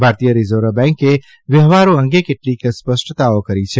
ભારતીય રિઝર્વ બેંકે વ્યવહારો અંગે કેટલીક સ્પષ્ટતાઓ કરી છે